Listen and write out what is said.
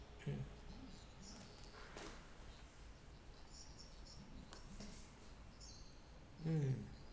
mm mm